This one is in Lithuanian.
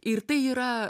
ir tai yra